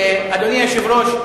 אדוני היושב-ראש,